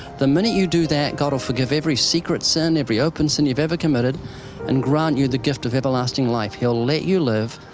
the minute you do that, god will forgive every secret sin, every open sin you've ever committed and grant you the gift of everlasting life. he'll let you live,